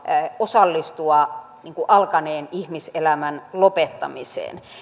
osallistua alkaneen ihmiselämän lopettamiseen